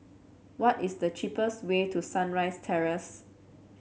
what is the cheapest way to Sunrise Terrace